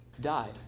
died